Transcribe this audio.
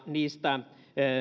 niistä